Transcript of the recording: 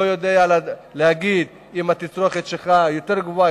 יודע להגיד אם הצריכה שלך יותר גבוהה,